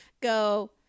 go